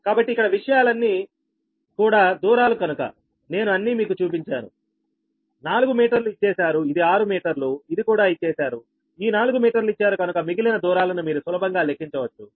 కాబట్టి ఇక్కడ విషయాలన్నీ కూడా దూరాలు కనుక నేను అన్నీ మీకు చూపించాను నాలుగు మీటర్లు ఇచ్చేశారుఇది 6 మీటర్లు ఇది కూడా ఇచ్చేశారుఈ నాలుగు మీటర్లు ఇచ్చారు కనుక మిగిలిన దూరాలను మీరు సులభంగా లెక్కించవచ్చు